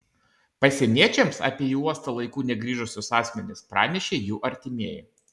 pasieniečiams apie į uostą laiku negrįžusius asmenis pranešė jų artimieji